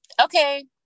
okay